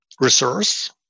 resource